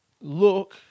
look